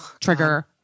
Trigger